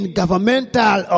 governmental